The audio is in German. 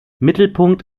mittelpunkt